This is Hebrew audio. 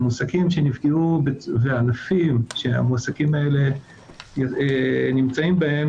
והענפים שהמועסקים האלה נמצאים בהם